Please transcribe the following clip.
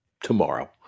tomorrow